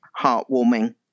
heartwarming